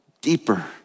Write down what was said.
deeper